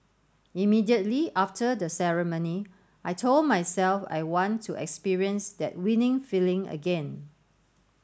immediately after the ceremony I told myself I want to experience that winning feeling again